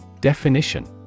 Definition